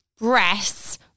breasts